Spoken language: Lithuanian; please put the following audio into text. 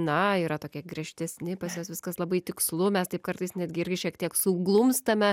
na yra tokie griežtesni pas juos viskas labai tikslu mes taip kartais netgi irgi šiek tiek suglumstame